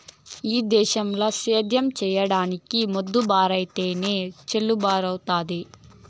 ఈ దేశంల సేద్యం చేసిదానికి మోతుబరైతేనె చెల్లుబతవ్వుతాది